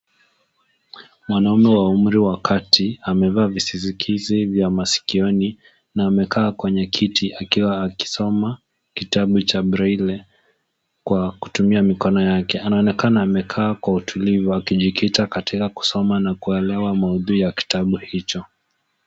Mwanaume wa umri wa kati amevaa visizikizi vya masikioni na amekaa kwenye kiti akiwa akisoma kitabu cha braille kwa kutumia mikono yake. Anaonekana amekaa kwa utulivu akijikita katika kusoma na kuelewa maudhui ya kitabu hicho.